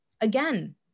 again